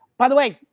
by the way,